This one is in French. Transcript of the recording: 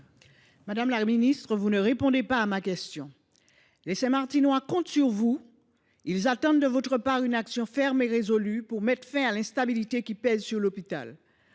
Madame la ministre, vous ne répondez pas à ma question ! Les Saint Martinois comptent sur vous, ils attendent de votre part une action ferme et résolue pour mettre fin à l’instabilité qui pèse sur l’hôpital.